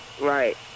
Right